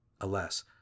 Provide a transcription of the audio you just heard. Alas